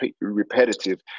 repetitive